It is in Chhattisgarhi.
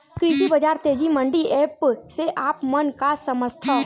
कृषि बजार तेजी मंडी एप्प से आप मन का समझथव?